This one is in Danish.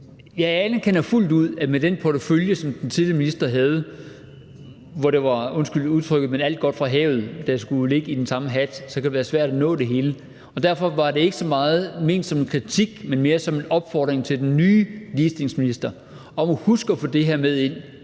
fuldt ud, at med den portefølje, som den tidligere minister havde, hvor det var – undskyld udtrykket – alt godt fra havet, der skulle ligge i den samme hat, kunne det være svært at nå det hele, og derfor var det ikke så meget ment som en kritik, men mere som en opfordring til den nye ligestillingsminister om at huske at få det her med ind